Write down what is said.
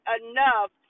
enough